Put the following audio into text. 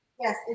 Yes